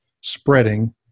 spreading